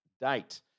date